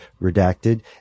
redacted